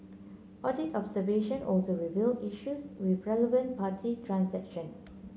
audit observation also revealed issues with relevant party transaction